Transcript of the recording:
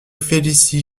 félicie